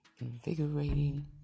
invigorating